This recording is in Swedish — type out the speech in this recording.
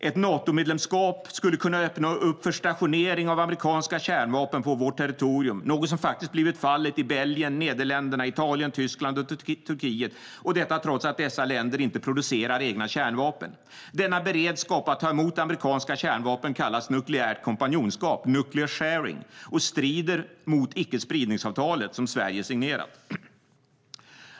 Ett Natomedlemskap skulle kunna öppna upp för stationering av amerikanska kärnvapen på vårt territorium, något som blivit fallet i Belgien, Nederländerna, Italien, Tyskland och Turkiet, och detta trots att dessa länder inte producerar egna kärnvapen. Denna beredskap att ta emot amerikanska kärnvapen kallas nukleärt kompanjonskap, nuclear sharing, och strider mot icke-spridningsavtalet, som Sverige signerat.